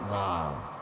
love